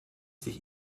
sich